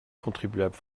contribuables